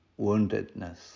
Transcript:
woundedness